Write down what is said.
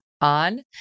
on